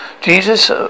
Jesus